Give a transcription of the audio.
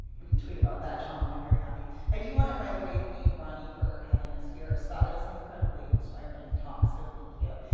we can tweet about that. john will be very happy. i do want to, by the way, thank you ronnie for having us here. scott, that was an incredibly inspiring talk so thank you.